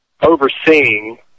overseeing